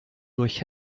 durch